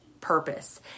purpose